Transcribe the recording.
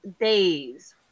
days